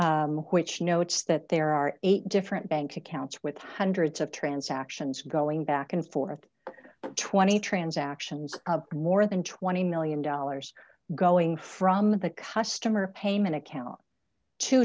court which notes that there are eight different bank accounts with hundreds of transactions going back and forth twenty transactions more than twenty million dollars going from the customer payment account to